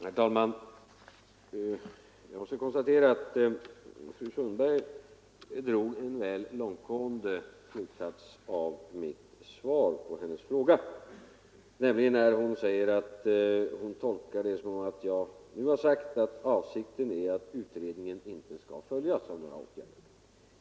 Herr talman! Jag måste konstatera att fru Sundberg drar en väl långtgående slutsats av mitt svar på hennes fråga, när hon säger att hon tolkar det som att jag nu har sagt, att avsikten är att utredningen inte skall följas av några åtgärder.